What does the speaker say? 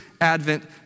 Advent